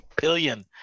billion